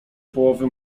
połowy